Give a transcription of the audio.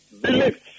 beliefs